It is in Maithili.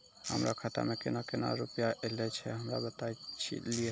हमरो खाता मे केना केना रुपैया ऐलो छै? हमरा बताय लियै?